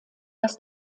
dass